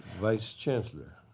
vice chancellor.